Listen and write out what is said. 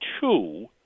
two